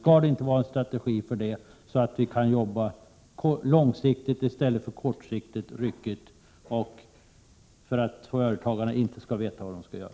Skall det inte vara en strategi för dem, så att vi kan jobba långsiktigt i stället för kortsiktigt och ryckigt och företagarna inte vet vad de skall göra?